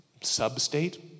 sub-state